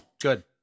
Good